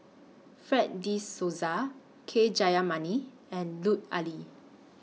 Fred De Souza K Jayamani and Lut Ali